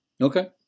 okay